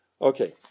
Okay